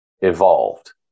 evolved